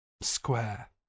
Square